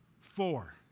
Four